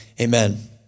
amen